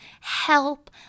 Help